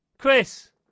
Chris